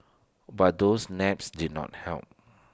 but those naps did not help